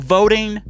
Voting